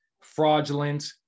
fraudulent